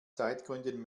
zeitgründen